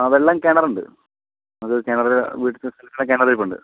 ആ വെള്ളം കിണറുണ്ട് അത് കിണർ വീട്ടിനടുത്തുള്ള കിണറിരിപ്പുണ്ട്